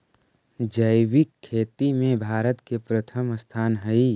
जैविक खेती में भारत के प्रथम स्थान हई